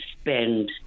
spend